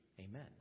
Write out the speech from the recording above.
Amen